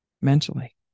mentally